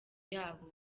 yabo